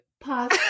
Pause